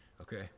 okay